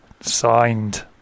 Signed